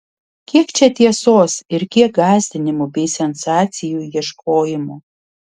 kiek čia tiesos ir kiek gąsdinimų bei sensacijų ieškojimo